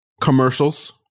commercials